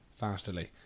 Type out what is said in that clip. fasterly